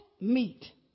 meat